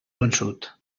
vençut